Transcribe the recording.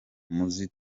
umuziki